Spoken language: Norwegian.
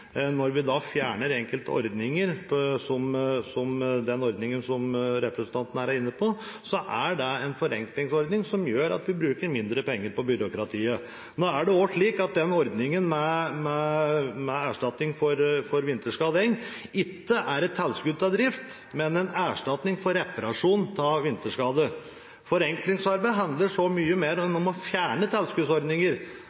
Når vi fjerner enkelte ordninger, som den ordningen som representanten her er inne på, er det en forenkling som gjør at vi bruker mindre penger på byråkratiet. Nå er det også slik at ordningen med erstatning for vinterskadet eng ikke er et tilskudd til drift, men en erstatning for reparasjon av vinterskade. Forenklingsarbeid handler om mye mer enn å fjerne tilskuddsordninger.